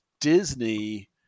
Disney